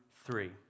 three